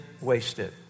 wasted